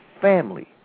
family